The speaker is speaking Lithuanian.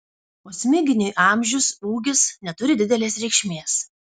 o smiginiui amžius ūgis neturi didelės reikšmės